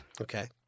Okay